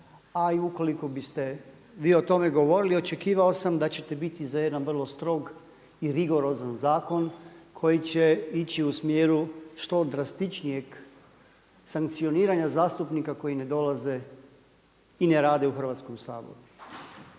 a i ukoliko biste vi o tome govorili očekivao sam da ćete biti za jedan vrlo strog i rigorozan zakon koji će ići u smjeru što drastičnijeg sankcioniranja zastupnika koji ne dolaze i ne rade u Hrvatskom saboru.